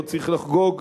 לא צריך לחגוג.